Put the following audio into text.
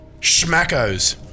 Schmackos